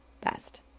best